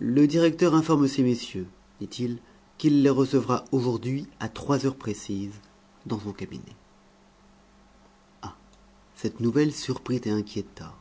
le directeur informe ces messieurs dit-il qu'il les recevra aujourd'hui à trois heures précises dans son cabinet ah cette nouvelle surprit et inquiéta